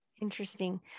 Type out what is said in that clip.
interesting